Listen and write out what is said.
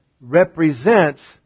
represents